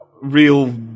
real